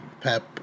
Pep